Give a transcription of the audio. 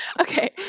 Okay